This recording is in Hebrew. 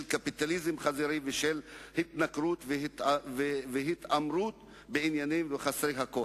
של קפיטליזם חזירי ושל התנכרות והתעמרות בעניים חסרי כול.